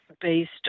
based